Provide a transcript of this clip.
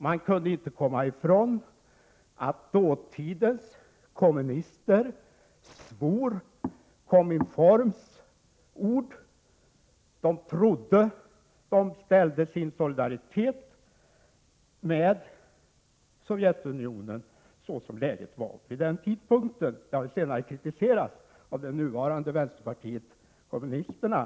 Man kunde inte komma ifrån att dåtidens kommunister trodde på Kominform och ställde sig solidariska med Sovjetunionen så som läget var vid den tidpunkten. Denna anknytning till stalinismen har senare kritiserats av nuvarande vänsterpartiet kommunisterna.